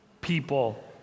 people